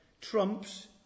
trumps